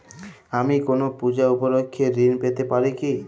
আমি কোনো পূজা উপলক্ষ্যে ঋন পেতে পারি কি?